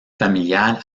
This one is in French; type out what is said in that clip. familial